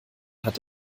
hat